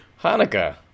hanukkah